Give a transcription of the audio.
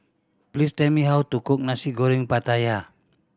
please tell me how to cook Nasi Goreng Pattaya